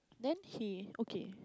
then he okay